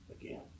again